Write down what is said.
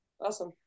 awesome